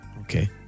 Okay